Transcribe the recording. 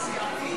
זה סיעתי?